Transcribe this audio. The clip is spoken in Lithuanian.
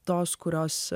tos kurios